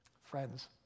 Friends